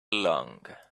long